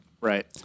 right